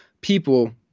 people